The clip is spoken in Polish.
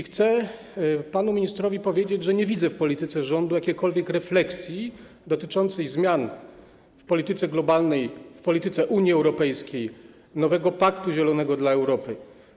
Chcę panu ministrowi powiedzieć, że nie widzę w polityce rządu jakiejkolwiek refleksji dotyczącej zmian w polityce globalnej, w polityce Unii Europejskiej, nowego paktu zielonego dla Europy.